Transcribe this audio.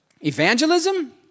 Evangelism